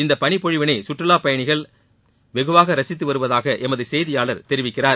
இந்த பளிப்பொழிவினை சுற்றுலா பயணிகள் வெகுவாக ரசித்து வருவதாக எமது செய்தியாளர் தெரிவிக்கிறார்